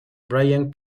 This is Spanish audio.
brian